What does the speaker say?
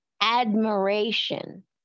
admiration